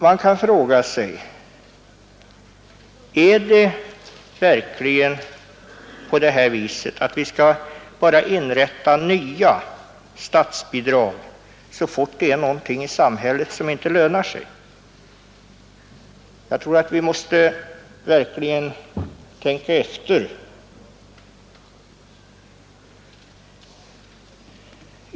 Man kan fråga sig om vi verkligen skall bevilja nya statsbidrag så fort någonting i samhället inte lönar sig. Jag tror att vi måste tänka efter.